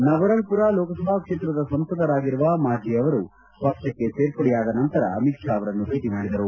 ನಬರಂಗ್ ಪುರ ಲೋಕಸಭಾ ಕ್ಷೇತ್ರದ ಸಂಸದರಾಗಿರುವ ಮಾಜ್ಜಿ ಅವರು ಪಕ್ಷಕ್ಕೆ ಸೇರ್ಪಡೆ ಆದ ನಂತರ ಅಮಿತ್ ಶಾ ಅವರನ್ನು ಭೇಟ ಮಾಡಿದರು